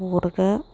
Coorg